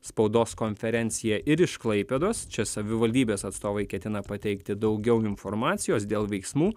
spaudos konferenciją ir iš klaipėdos čia savivaldybės atstovai ketina pateikti daugiau informacijos dėl veiksmų